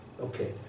okay